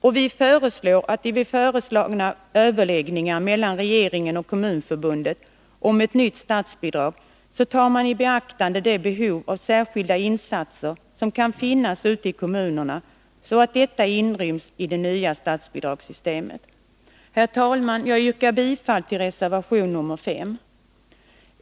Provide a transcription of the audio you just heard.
Och vi föreslår att man vid de föreslagna överläggningarna mellan regeringen och Kommunförbundet om ett nytt statsbidrag tar i beaktande det behov av särskilda insatser som kan finnas ute i kommunerna, så att detta inryms i det nya statsbidragssystemet. Herr talman! Jag yrkar bifall till reservation nr 5.